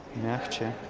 and am chen